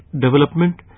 development